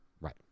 Right